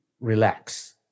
relax